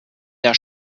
der